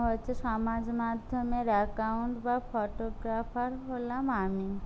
হচ্ছে সমাজ মাধ্যমের অ্যাকাউন্ট বা ফটোগ্রাফার হলাম আমি